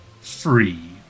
free